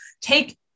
Take